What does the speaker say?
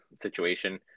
situation